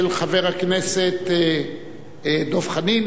של חבר הכנסת דב חנין